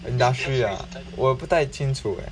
industry ah 我也不太清楚 eh